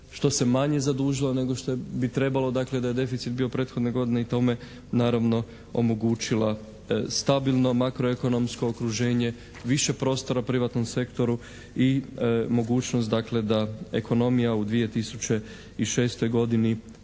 što se manje zadužila nego što bi trebalo dakle da je deficit bio prethodne godine i tome naravno omogućila stabilno makroekonomsko okruženje, više prostora privatnom sektoru i mogućnost dakle da ekonomija u 2006. godini